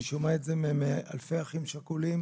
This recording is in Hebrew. אני שומע את זה מאלפי אחים שכולים,